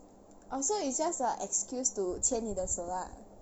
orh so it's just a excuse to 牵你的手 lah